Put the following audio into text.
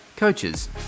coaches